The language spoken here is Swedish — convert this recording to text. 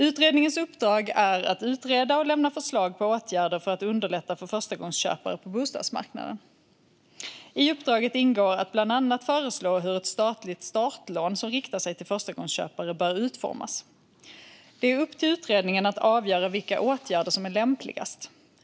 Utredningens uppdrag är att utreda och lämna förslag på åtgärder för att underlätta för förstagångsköpare på bostadsmarknaden. I uppdraget ingår att bland annat föreslå hur ett statligt startlån som riktar sig till förstagångsköpare ska utformas. Det är upp till utredningen att avgöra vilka åtgärder som är lämpligast.